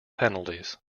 penalties